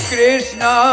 Krishna